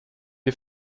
die